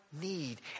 need